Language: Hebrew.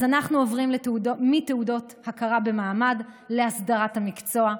אז אנחנו עוברים מתעודות הכרה במעמד להסדרת המקצוע,